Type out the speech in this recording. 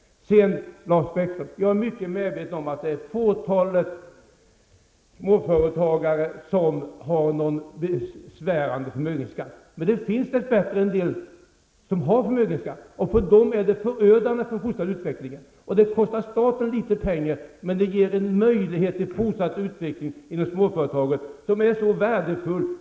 Jag är mycket medveten om, Lars Bäckström, att det är ett fåtal småföretagare som har en besvärande förmögenhetsskatt. Dess bättre finns det en del småföretagare som har förmögenhet. För dem är den fortsatta utvecklingen förödande. En avveckling kostar staten mycket litet pengar, men ger en möjlighet till fortsatt utveckling inom småföretagen, något som är värdefullt.